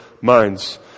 minds